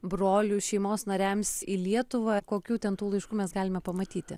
broliui šeimos nariams į lietuvą kokių ten tų laiškų mes galime pamatyti